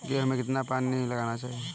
गेहूँ में कितना पानी लगाना चाहिए?